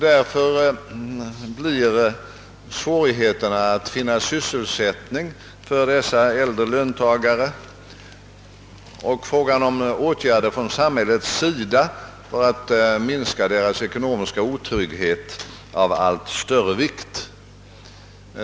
Frågan om svårigheterna att finna sysselsättning för dessa äldre löntagare och frågan om åtgärder från samhällets sida för att minska deras ekonomiska otrygghet blir därför av allt större vikt.